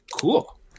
Cool